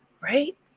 right